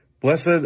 Blessed